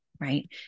right